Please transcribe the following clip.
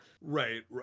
right